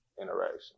interaction